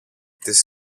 τις